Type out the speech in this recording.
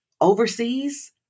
overseas